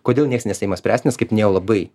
kodėl nieks nesiima spręsti nes kaip minėjau labai